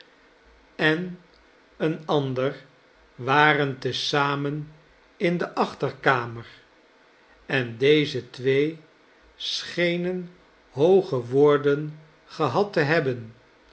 en een ander waren te zamen in de achterkamer en deze twee schenen hooge woorden gehad te hebben